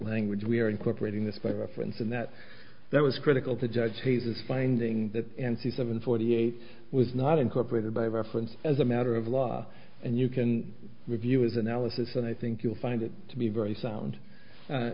language we are incorporating this by reference and that that was critical to judge hayes as finding that n c seven forty eight was not incorporated by reference as a matter of law and you can review his analysis and i think you'll find it to be a very sound